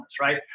Right